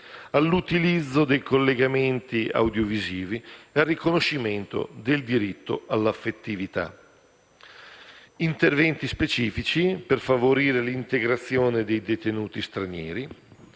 all'utilizzo dei collegamenti audiovisivi e al riconoscimento del diritto all'affettività; interventi specifici per favorire l'integrazione dei detenuti stranieri;